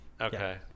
Okay